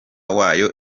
wayo